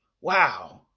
wow